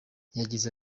yagize